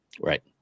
Right